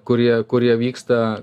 kurie kurie vyksta